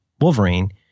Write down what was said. Wolverine